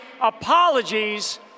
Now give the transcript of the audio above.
apologies